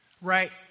right